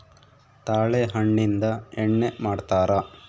ತಾಳೆ ಹಣ್ಣಿಂದ ಎಣ್ಣೆ ಮಾಡ್ತರಾ